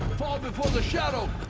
fall before the shadow!